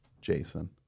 Jason